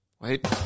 Wait